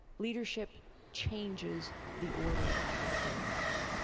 leadership changes the order of things.